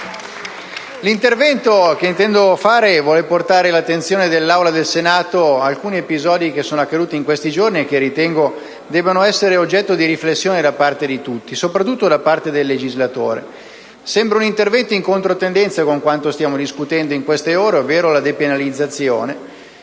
l'intervento che intendo fare vuole portare all'attenzione dell'Aula del Senato alcuni episodi che sono accaduti in questi giorni e che ritengo debbano essere oggetto di riflessione da parte di tutti, soprattutto da parte del legislatore. Sembra un intervento in controtendenza con quanto stiamo discutendo in queste ore, ovvero la depenalizzazione.